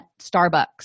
Starbucks